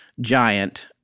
giant